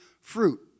fruit